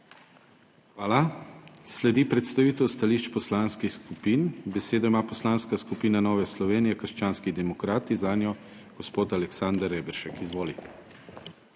Hvala. Sledi predstavitev stališč poslanskih skupin. Besedo ima Poslanska skupina Nove Slovenije - krščanski demokrati, zanjo gospod Aleksander Reberšek. Izvoli!